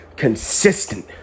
Consistent